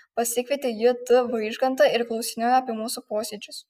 pasikvietė j t vaižgantą ir klausinėjo apie mūsų posėdžius